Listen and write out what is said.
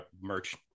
merch